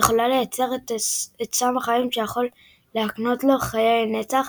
שיכולה לייצר את סם החיים שיכול להקנות לו חיי נצח,